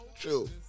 True